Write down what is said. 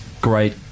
great